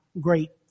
great